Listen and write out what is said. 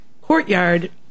courtyard